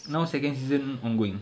now second season ongoing